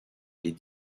les